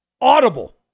Audible